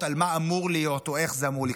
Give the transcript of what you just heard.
על מה אמור להיות או איך זה אמור לקרות.